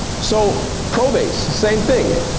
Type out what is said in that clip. so probates, same thing.